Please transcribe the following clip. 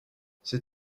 c’est